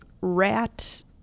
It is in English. Rat